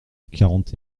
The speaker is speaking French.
quarante